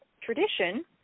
tradition